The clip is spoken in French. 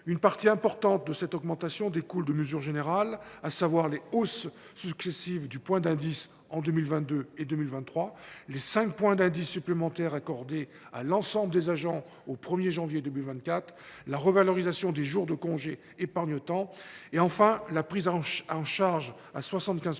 Une partie importante de cette augmentation découle de mesures générales : les hausses successives du point d’indice en 2022 et en 2023, l’octroi de cinq points d’indice supplémentaires à l’ensemble des agents au 1 janvier 2024, la revalorisation des jours de congé du compte épargne temps et, enfin, la prise en charge à 75